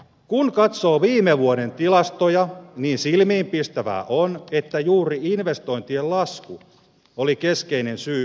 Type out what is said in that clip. kun katsoo viime vuoden tilastoja niin silmiinpistävää on että juuri investointien lasku oli keskeinen syy bruttokansantuotteen laskuun